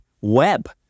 web